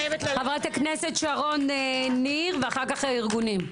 חברת הכנסת שרון ניר ואחר כך ארגונים.